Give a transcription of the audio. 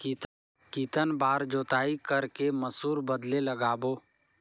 कितन बार जोताई कर के मसूर बदले लगाबो?